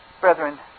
Brethren